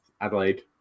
Adelaide